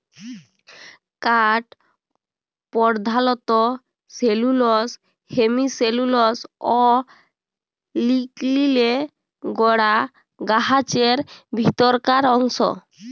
কাঠ পরধালত cellulose, hemicellulose অ লিগলিলে গড়া গাহাচের ভিতরকার অংশ